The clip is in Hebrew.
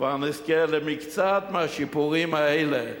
כבר נזכה למקצת מהשיפורים האלה.